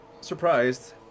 surprised